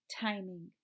timing